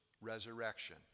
resurrection